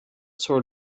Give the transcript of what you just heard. sort